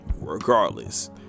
regardless